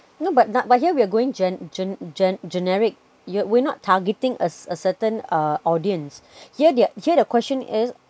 no but not but here we are going gen~ gen~ generic you're we're not targeting a certain uh audience here they're here the question is